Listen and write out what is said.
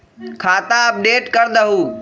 खाता अपडेट करदहु?